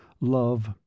Love